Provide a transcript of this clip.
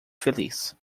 feliz